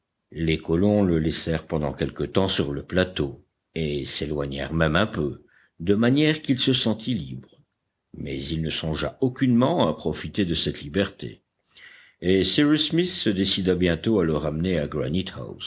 les colons le laissèrent pendant quelque temps sur le plateau et s'éloignèrent même un peu de manière qu'il se sentît libre mais il ne songea aucunement à profiter de cette liberté et cyrus smith se décida bientôt à le ramener à